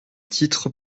titres